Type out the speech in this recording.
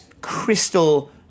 crystal